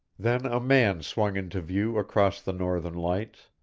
then a man swung into view across the northern lights.